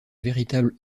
véritable